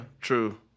true